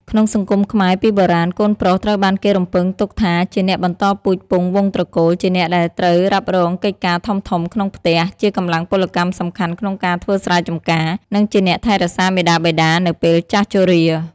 ក្នុងសង្គមខ្មែរពីបុរាណ កូនប្រុសត្រូវបានគេរំពឹងទុកថាជាអ្នកបន្តពូជពង្សវង្សត្រកូល ជាអ្នកដែលត្រូវរ៉ាប់រងកិច្ចការធំៗក្នុងផ្ទះ ជាកម្លាំងពលកម្មសំខាន់ក្នុងការធ្វើស្រែចំការ និងជាអ្នកថែរក្សាមាតាបិតានៅពេលចាស់ជរា។